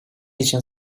için